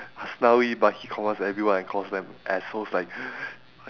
aslawi but he call us everyone and calls them assholes like